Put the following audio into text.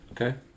Okay